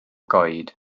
goed